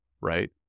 right